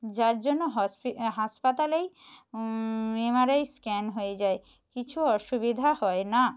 যার জন্য হসপি হাসপাতালেই এমআরআই স্ক্যান হয়ে যায় কিছু অসুবিধা হয় না